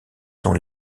sont